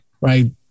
right